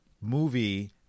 movie